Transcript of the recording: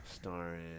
Starring